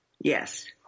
Yes